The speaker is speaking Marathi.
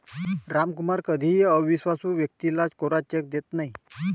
रामकुमार कधीही अविश्वासू व्यक्तीला कोरा चेक देत नाही